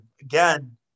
again